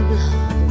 love